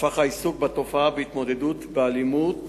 הפך העיסוק בתופעה ובהתמודדות עם האלימות